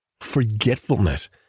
forgetfulness